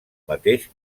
mateix